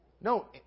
No